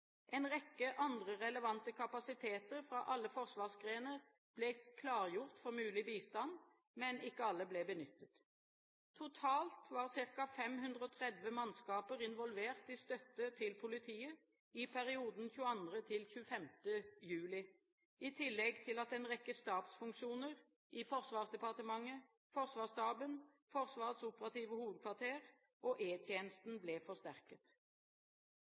En rekke andre relevante kapasiteter fra alle forsvarsgrener ble klargjort for mulig bistand, men ikke alle ble benyttet. Totalt var ca. 530 mannskaper involvert i støtte til politiet i perioden 22.–25. juli, i tillegg til at en rekke stabsfunksjoner i Forsvarsdepartementet, Forsvarsstaben, Forsvarets operative hovedkvarter og E-tjenesten ble forsterket.